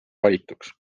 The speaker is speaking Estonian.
valituks